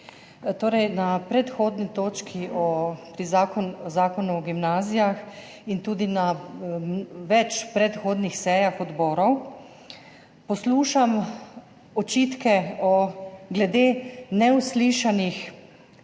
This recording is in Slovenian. Na predhodni točki, pri Zakonu o gimnazijah, in tudi na več predhodnih sejah odborov poslušam očitke glede neuslišanih